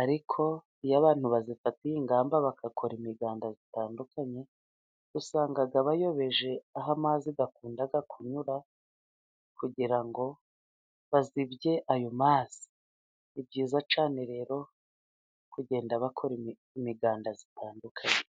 ,ariko iyo abantu bayifatiye ingamba bagakora imiganda itandukanye ,usanga bayobeje aho amazi akunda kunyura, kugira ngo bazibye ayo mazi ,ni byiza cyane rero kugenda bakora imiganda itandukanye.